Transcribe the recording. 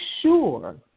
sure